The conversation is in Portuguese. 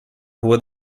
rua